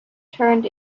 turned